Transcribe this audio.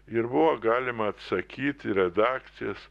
ir buvo galima atsakyt į redakcijas